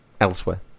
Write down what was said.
elsewhere